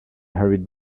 hurried